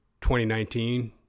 2019